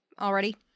already